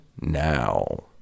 now